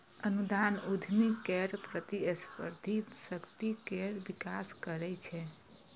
अनुदान उद्यमी केर प्रतिस्पर्धी शक्ति केर विकास करै छै